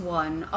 one